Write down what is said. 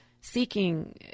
seeking